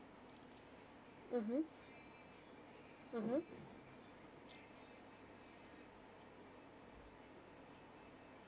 mmhmm mmhmm